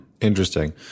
Interesting